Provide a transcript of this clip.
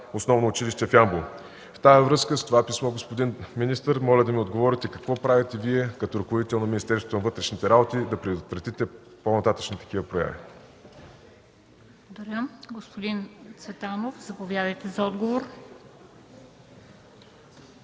основно училище в Ямбол. В тази връзка – с това писмо, господин министър, моля да ни отговорите какво правите Вие, като ръководител на Министерството на вътрешните работи, за да предотвратите по-нататъшни такива прояви? ПРЕДСЕДАТЕЛ МЕНДА СТОЯНОВА: Господин Цветанов, заповядайте за отговор.